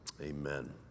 amen